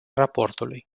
raportului